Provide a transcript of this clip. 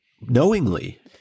knowingly